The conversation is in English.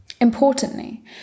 Importantly